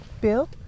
Bill